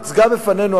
הוצגה בפנינו,